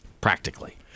practically